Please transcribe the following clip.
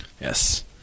Yes